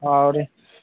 आओर